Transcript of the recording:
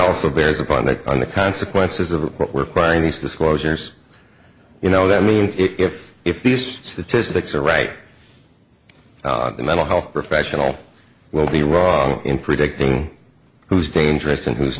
also bears upon it on the consequences of what we're trying these disclosures you know that means if if these statistics are right the mental health professional will be wrong in predicting who's dangerous and who's